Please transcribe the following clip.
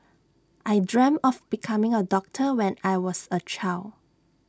I dreamt of becoming A doctor when I was A child